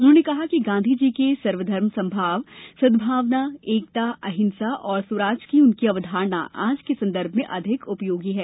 उन्होंने कहा कि गांधीजी के सर्वधर्म समभाव सदभावना एकता अहिंसा एवं स्वराज की उनकी अवधारणा आज के संदर्भ में अधिक उपयोगी है